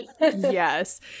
Yes